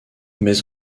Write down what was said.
mets